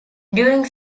during